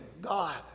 God